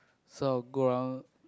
so I'll go around